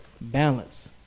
Balance